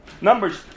Numbers